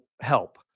help